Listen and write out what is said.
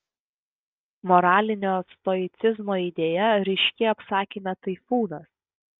moralinio stoicizmo idėja ryški apsakyme taifūnas